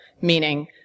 meaning